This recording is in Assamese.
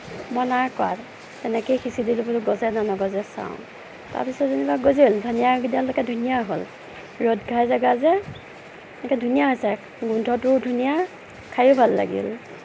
মই নাই কৰা তেনেকেই সিচি দিলোঁ বোলো গজে নে নগজে চাওঁ তাৰপিছত যেনিবা গজিল ধনিয়াকেইডাল একে ধুনীয়া হ'ল ৰ'দ ঘাই জাগা যে একে ধুনীয়া হৈছে গোন্ধটোও ধুনীয়া খাইও ভাল লাগিল